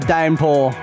Downpour